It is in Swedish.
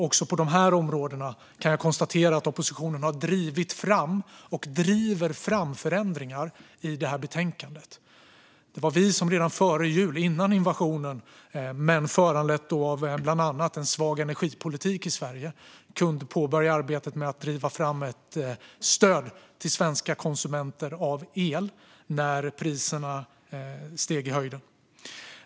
Också på de områdena kan jag konstatera att oppositionen i det här betänkandet har drivit fram och fortfarande driver fram förändringar. Det var vi som redan före jul och före invasionen kunde påbörja arbetet med att driva fram ett stöd till svenska konsumenter av el när priserna sköt i höjden. Detta var föranlett av bland annat en svag energipolitik i Sverige.